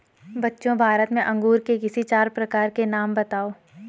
बच्चों भारत में अंगूर के किसी चार प्रकार के नाम बताओ?